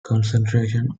concentration